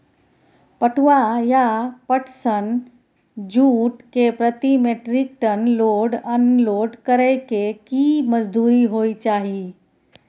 पटुआ या पटसन, जूट के प्रति metric ton load unload करै के की मजदूरी होय चाही?